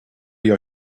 your